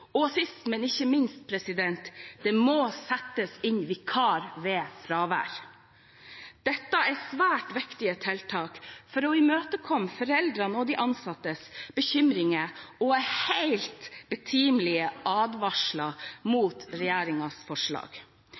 og sist, men ikke minst, at det må settes inn vikar ved fravær Dette er svært viktige tiltak for å imøtekomme foreldrenes og de ansattes bekymringer og helt betimelige advarsler mot regjeringens forslag.